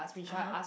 (uh huh)